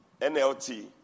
NLT